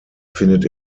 findet